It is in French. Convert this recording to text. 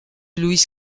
luis